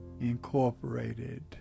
Incorporated